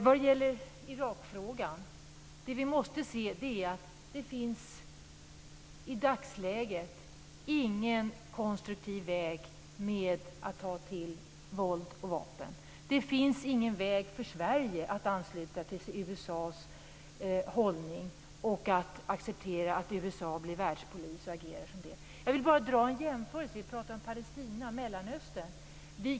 Vad gäller Irakfrågan måste vi se att det i dagsläget inte finns någon konstruktiv väg med att ta till våld och vapen. Det finns ingen väg för Sverige att ansluta till USA:s hållning och att acceptera att USA blir världspolis och agerar som en sådan. Jag skall bara dra en jämförelse. Vi har ju pratat om Palestina och Mellanöstern.